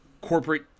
corporate